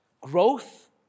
growth